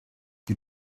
you